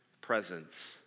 presence